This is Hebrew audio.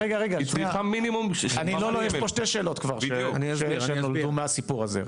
לא, לא, יש פה שתי שאלות כבר שנולדו מהסיפור הזה.